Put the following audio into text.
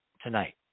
tonight